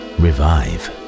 revive